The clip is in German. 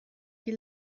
die